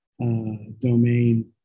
domain